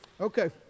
Okay